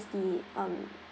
the um